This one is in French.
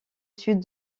sud